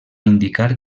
indicar